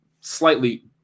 slightly